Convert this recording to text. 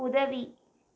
உதவி